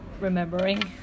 remembering